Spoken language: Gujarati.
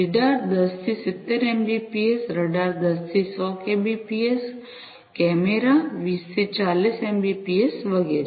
લીડાર 10 થી 70 એમબીપીએસ રડાર 10 થી 100 કેબીપીએસ કેમેરા 20 થી 40 એમબીપીએસ વગેરે